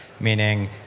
meaning